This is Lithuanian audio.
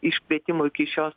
iškvietimų iki šios